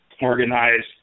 organized